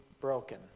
broken